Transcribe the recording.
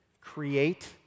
create